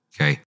okay